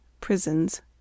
Prisons